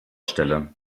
stelle